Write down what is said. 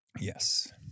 Yes